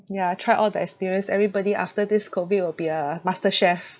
ya try all the experience everybody after this COVID will be a masterchef